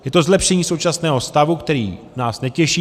Je to zlepšení současného stavu, který nás netěší.